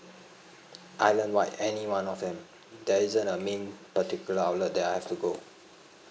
island wide any one of them there isn't a main particular outlet that I have to go